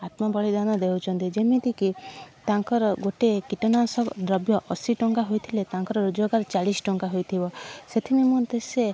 ଆତ୍ମବଳିଦାନ ଦେଉଛନ୍ତି ଯେମିତିକି ତାଙ୍କର ଗୋଟିଏ କୀଟନାଶକ ଦ୍ରବ୍ୟ ଅଶୀ ଟଙ୍କା ହୋଇଥିଲେ ତାଙ୍କର ରୋଜଗାର ଚାଳିଶ ଟଙ୍କା ହେଇଥିବ ସେଥି ନିମନ୍ତେ ସେ